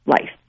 life